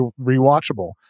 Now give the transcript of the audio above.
rewatchable